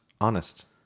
Honest